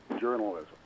journalism